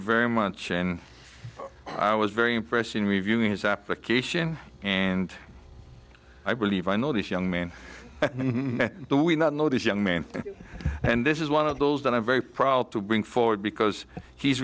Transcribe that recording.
very much and i was very impressed in reviewing his application and i believe i know this young man we not know this young man and this is one of those that i'm very proud to bring forward because he's